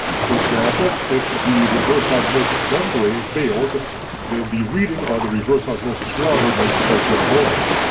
for example if the reverse osmosis membrane fails ah then the reading on the reverse osmosis water might spike beyond normal.